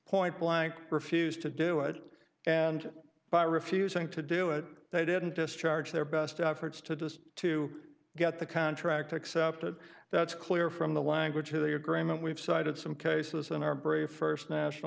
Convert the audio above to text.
point blank refused to do it and by refusing to do it they didn't discharge their best efforts to do this to get the contract accepted that's clear from the language of the agreement we've cited some cases in our brave first national